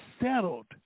settled